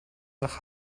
nach